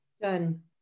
Done